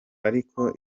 ariko